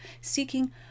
seeking